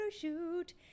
shoot